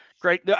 Great